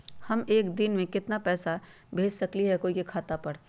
हम एक दिन में केतना पैसा भेज सकली ह कोई के खाता पर?